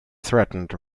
threatened